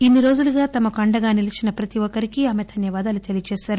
ఇన్సి రోజులుగా తమకు అండగా నిలీచిన ప్రతి ఒక్కరికి ఆమె ధన్యవాదాలు తెలిపారు